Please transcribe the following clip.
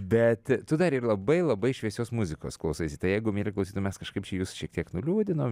bet tu dar ir labai labai šviesios muzikos klausaisi tai jeigu mieli klausytojai mes kažkaip čia jus šiek tiek nuliūdinom